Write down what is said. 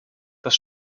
das